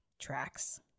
Tracks